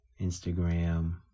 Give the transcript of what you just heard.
Instagram